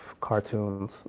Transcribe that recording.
cartoons